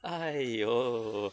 !aiyo!